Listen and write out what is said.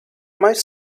might